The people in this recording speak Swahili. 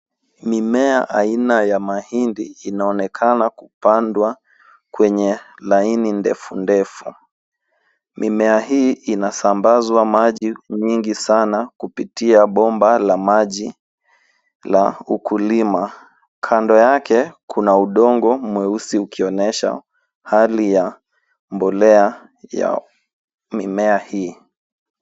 Mimea aina ya mahindi inaonekana kupandwa kwenye laini ndefu ndefu. Mimea hii inasambazwa maji nyingi sana kupitia bomba la maji la ukulima. Kando yake, kuna udongo mweusi ukionyesha, hali ya mbolea ya mimea hii.